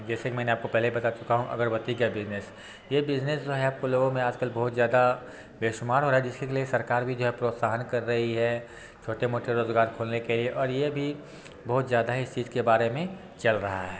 जैसे कि मैं आपको पहले बता चुका हूँ अगरबत्ती का बिजनेस ये बिज़नेस जो है आपको लोगों में आजकल बहुत ज़्यादा बेशुमार हो रहा है जिसके लिए सरकार भी है प्रोत्साहन कर रही है छोटे मोटे रोज़गार खोलने के लिए और ये भी बहुत ज़्यादा ही इस चीज़ के बारे में चल रहा है